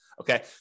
Okay